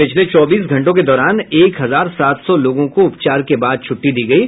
पिछले चौबीस घंटों के दौरान एक हजार सात सौ लोगों को उपचार के बाद छुट्टी दी गयी